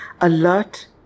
alert